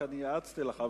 אני רק יעצתי לך,